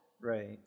right